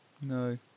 no